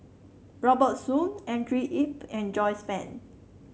Robert Soon Andrew Yip and Joyce Fan